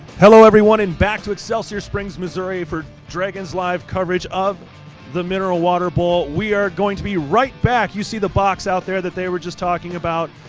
hello everyone and back to excelsior springs, missouri for dragons live coverage of the mineral water bowl. we are going to be right back. you see the box out there that they were just talking about.